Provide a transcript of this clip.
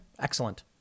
excellent